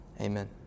Amen